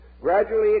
gradually